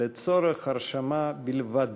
לצורך הרשמה בלבד.